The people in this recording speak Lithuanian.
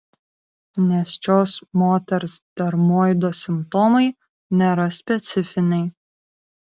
nėščios moters dermoido simptomai nėra specifiniai